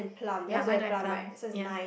ya mine don't have plums ya